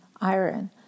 iron